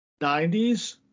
90s